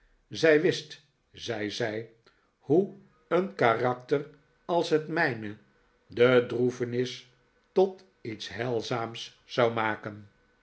zij wist zei zij hoe een karakter als het mijne de droefenis tot iets heilzaarhs zou maken